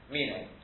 Meaning